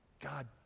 God